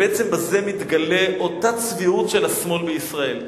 ובעצם בזה מתגלה אותה צביעות של השמאל בישראל.